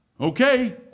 Okay